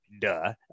Duh